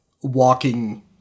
walking